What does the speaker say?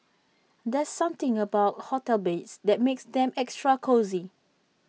there's something about hotel beds that makes them extra cosy